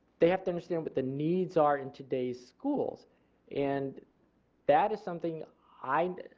they have to understand what the needs are in today's schools and that is something i,